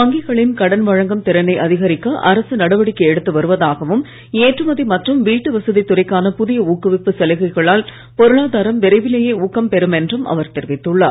வங்கிகளின் கடன் வழங்கும் திறனை அதிகரிக்க அரசு நடவடிக்கை எடுத்து வருவதாகவும் ஏற்றுமதி மற்றும் வீட்டு வசதித்துறைக்கான புதிய ஊக்குவிப்பு சலுகைகளால் பொருளாதாரம் விரைவிலேயே ஊக்கம் பெறும் என்றும் அவர் தெரிவித்துள்ளார்